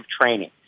training